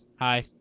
hi